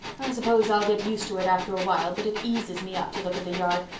i suppose i'll get used to it after awhile but it eases me up to look at the yard.